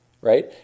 Right